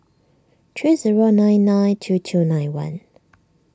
three zero nine nine two two nine one